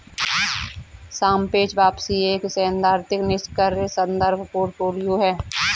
सापेक्ष वापसी एक सैद्धांतिक निष्क्रिय संदर्भ पोर्टफोलियो है